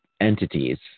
entities